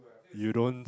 you don't